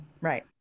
Right